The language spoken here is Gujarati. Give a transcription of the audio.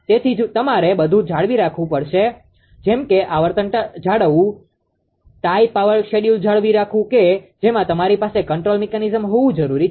તેથી જ તમારે બધું જાળવી રાખવું પડે છે જેમ કે આવર્તન જાળવવું ટાઈ પાવર શેડ્યૂલ જાળવી રાખવું કે જેમાં તમારી પાસે કંટ્રોલ મિકેનિઝમ હોવી જરૂરી છે